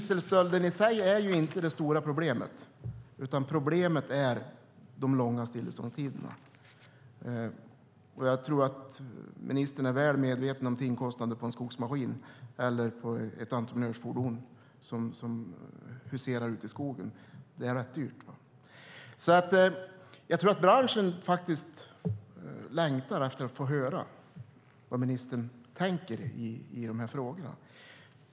Dieselstölden i sig är inte det stora problemet, utan problemet är de långa stilleståndstiderna. Jag tror att ministern är väl medveten om timkostnaden på en skogsmaskin eller ett entreprenörsfordon som huserar ute i skogen. Det är rätt dyrt. Jag tror alltså att branschen faktiskt längtar efter att få höra hur ministern tänker i dessa frågor.